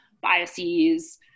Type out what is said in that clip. biases